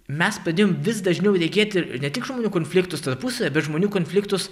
mes pradėjom vis dažniau regėti ne tik žmonių konfliktus tarpusavyje bet žmonių konfliktus